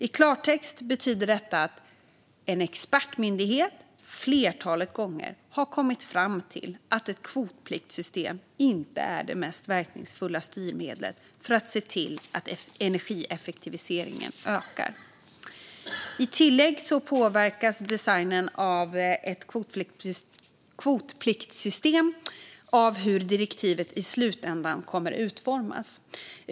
I klartext betyder detta att en expertmyndighet ett flertal gånger har kommit fram till att ett kvotpliktssystem inte är det mest verkningsfulla styrmedlet för att se till att energieffektiviseringen ökar. I tillägg påverkas designen av ett kvotpliktssystem av hur direktivet i slutändan kommer att utformas.